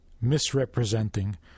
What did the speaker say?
misrepresenting